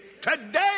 Today